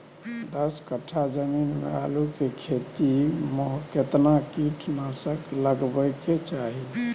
दस कट्ठा जमीन में आलू के खेती म केतना कीट नासक लगबै के चाही?